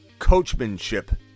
coachmanship